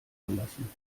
verlassen